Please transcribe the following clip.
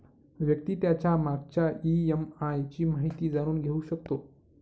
व्यक्ती त्याच्या मागच्या ई.एम.आय ची माहिती जाणून घेऊ शकतो